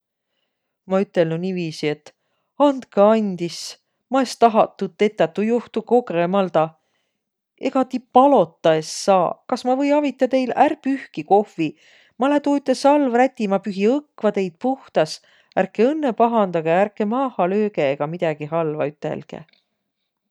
Ma ütelnüq niiviisi, et: "Andkõq andis! Ma es tahaq tuud tetäq. Tuu juhtu kogõmaldaq. Egaq ti palotaq es saaq? Kas ma või avitaq teil ärq pühkiq kohvi? Ma lää tuu üte salvräti, ma pühi õkva teid puhtas! Ärkeq õnnõ pahandagõq, ärkeq maaha löögeq egaq midägi halva ütelgeq!"